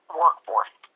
workforce